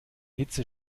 hitze